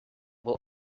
will